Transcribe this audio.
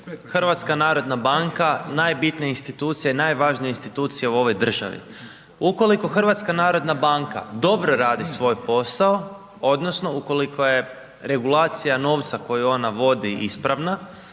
da je HNB najbitnija institucija i najvažnija institucija u ovoj državi. Ukoliko HNB dobro radi svoj posao odnosno ukoliko je regulacija novca koju ona vodi ispravna